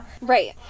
Right